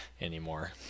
anymore